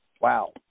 Wow